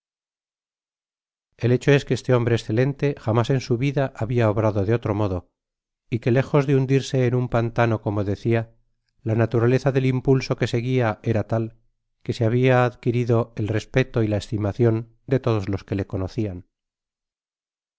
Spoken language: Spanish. el hecho es que este hombre escelente jamis en su vida habia obrado de otro modo y que lejos de hundirse en un pantano c omo decia la naturaleza del impulso que ssguia era tal que se habia adquirido el respeto y la estimacion de tojos los que lo conocian